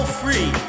free